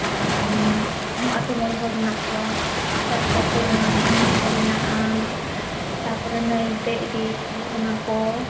ᱚᱱᱟ ᱟᱛᱳ ᱢᱚᱬᱮ ᱦᱚᱲ ᱢᱮᱱᱟᱜ ᱠᱚᱣᱟ ᱛᱟᱯᱚᱨᱮ ᱛᱮᱞᱱᱟᱦᱟᱱ ᱠᱚ ᱢᱮᱱᱟᱜᱼᱟ ᱛᱟᱯᱚᱨᱮ ᱱᱟᱹᱭᱛᱮ ᱤᱫᱤ ᱚᱱᱟ ᱠᱚ